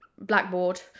blackboard